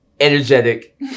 Energetic